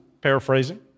paraphrasing